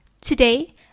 Today